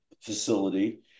facility